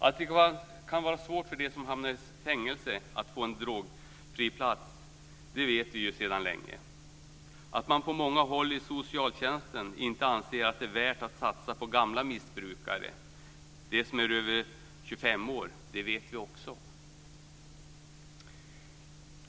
Att det kan vara svårt för dem som hamnar i fängelse att få en drogfri plats vet vi sedan länge. Att man på många håll i socialtjänsten inte anser att det är värt att satsa på gamla missbrukare - de som är över 25 år - vet vi också.